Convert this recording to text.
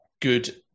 good